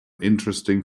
interesting